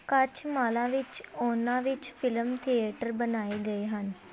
ਕੱਝ ਮਾਲਾਂ ਵਿੱਚ ਉਨ੍ਹਾਂ ਵਿੱਚ ਫਿਲਮ ਥੀਏਟਰ ਬਣਾਏ ਗਏ ਹਨ